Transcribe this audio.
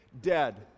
dead